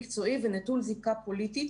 מקצועי ונטול זיקה פוליטית